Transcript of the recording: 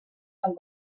del